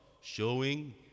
showing